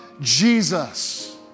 Jesus